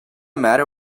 matter